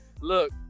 look